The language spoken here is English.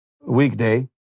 weekday